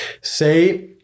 Say